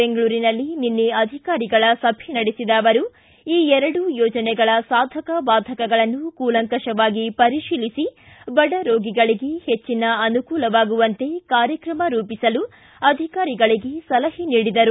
ಬೆಂಗಳೂರಿನಲ್ಲಿ ನಿನ್ನೆ ಅಧಿಕಾರಿಗಳ ಸಭೆ ನಡೆಸಿದ ಅವರು ಈ ಎರಡೂ ಯೋಜನೆಗಳ ಸಾಧಕ ಬಾಧಕಗಳನ್ನು ಕೂಲಂಕಷವಾಗಿ ಪರಿಶೀಲಿಸಿ ಬಡ ರೋಗಿಗಳಿಗೆ ಹೆಚ್ಚಿನ ಅನುಕೂಲವಾಗುವಂತೆ ಕಾರ್ಯಕ್ರಮ ರೂಪಿಸಲು ಅಧಿಕಾರಿಗಳಿಗೆ ಸಲಹೆ ನೀಡಿದರು